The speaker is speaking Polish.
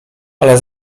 ale